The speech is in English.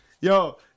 Yo